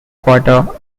quarter